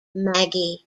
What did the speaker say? maggie